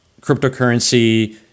cryptocurrency